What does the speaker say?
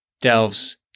delves